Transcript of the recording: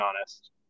honest